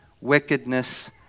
wickedness